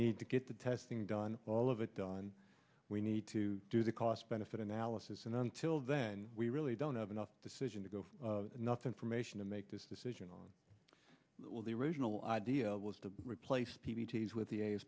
need to get the testing done all of it done we need to do the cost benefit analysis and until then we really don't have enough decision to go far enough information to make this decision with the original idea was to replace p b t's with the